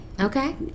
okay